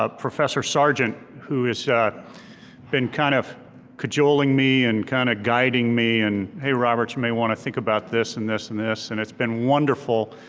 ah professor sargent who has been kind of cajoling me and kind of guiding me and hey robert, you may want to think about this and this and this, and it's been wonderful,